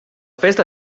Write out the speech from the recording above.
festa